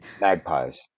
Magpies